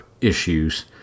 issues